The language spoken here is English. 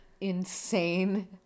insane